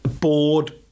bored